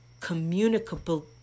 communicable